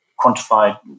quantified